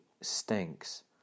stinks